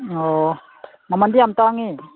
ꯑꯣ ꯃꯃꯟꯗꯤ ꯌꯥꯝ ꯇꯥꯡꯉꯦ